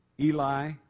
Eli